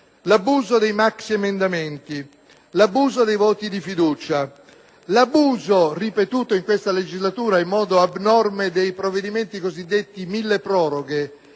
e dei maxiemendamenti; l'abuso dei voti di fiducia; l'abuso - ripetuto in questa legislatura in modo abnorme - dei provvedimenti cosiddetti milleproroghe;